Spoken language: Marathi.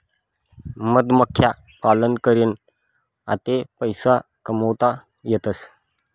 मधमाख्या पालन करीन आते पैसा कमावता येतसं